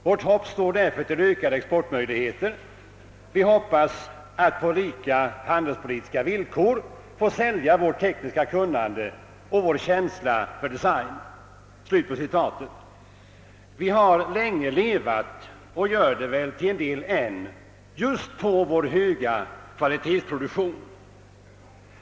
Vårt hopp står därför till ökade exportmöjligheter. Vi hoppas att på lika handelspolitiska villkor få sälja vårt tekniska kunnande och vår känsla för design.» Vi har länge levat och gör det väl till en del än just på vår höga kvalitetsproduktion.